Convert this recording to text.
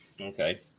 Okay